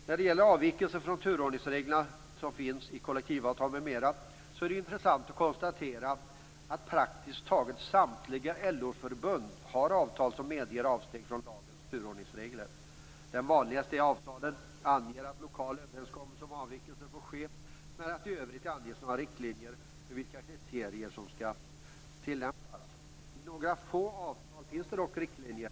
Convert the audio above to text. När det gäller avvikelser från turordningsreglerna som finns i kollektivavtal m.m. är det intressant att konstatera att praktiskt taget samtliga LO-förbund har avtal som medger avsteg från lagens turordningsregler. Det vanligaste är att avtalen anger att lokal överenskommelse om avvikelse får ske men att det i övrigt inte anges några riktlinjer för vilka kriterier som skall tillämpas. I några få avtal finns det dock riktlinjer.